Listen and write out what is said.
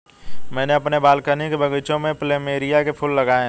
मैंने अपने बालकनी के बगीचे में प्लमेरिया के फूल लगाए हैं